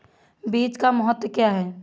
बीज का महत्व क्या है?